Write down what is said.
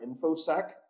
InfoSec